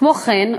כמו כן,